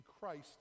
Christ